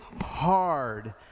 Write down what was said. hard